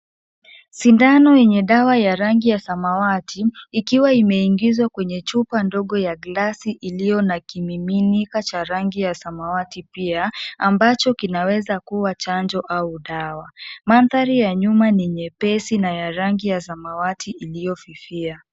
Sindano yenye dawa ya rangi ya samawati ikiwa imeingizwa kwenye chupa ndogo ya glasi iliyo na kimiminika cha rangi ya samawati pia, ambacho kinaweza kuwa chanjo au dawa. Mandhari ya nyuma ni nyepesi na ya rangi ya samawati iliyofifia.